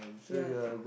ya